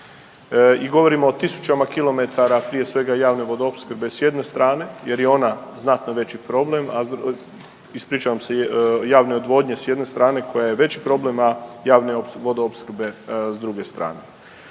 i govorimo o tisućama kilometara prije svega javne Vodoopskrbe s jedne strane jer je ona znatno veći problem, ispričavam se, javne odvodnje s jedne strane koja je veći problem od javne Vodoopskrbe s druge strane.